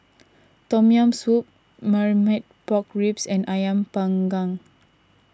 Tom Yam Soup Marmite Pork Ribs and Ayam Panggang